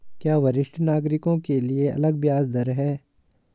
क्या वरिष्ठ नागरिकों के लिए अलग ब्याज दर है?